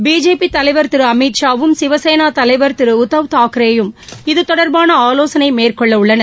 BJP தலைவர் திரு அமித்ஷாவும் சிவசேனா தலைவர் திரு உத்தவ் தாக்ரேயும் இது தொடர்பான ஆவோசனை மேற்கொள்ள உள்ளனர்